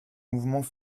mouvements